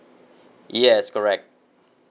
yes correct